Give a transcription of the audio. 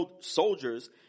soldiers